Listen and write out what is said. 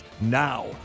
now